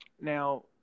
Now